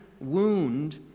wound